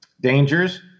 dangers